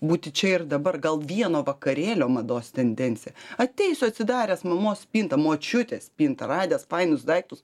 būti čia ir dabar gal vieno vakarėlio mados tendencija ateisiu atsidaręs mamos spintą močiutės spintą radęs fainus daiktus